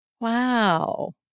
Wow